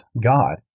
God